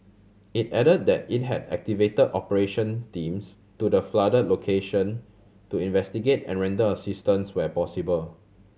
it add that it had activate operation teams to the flood location to investigate and render assistance where possible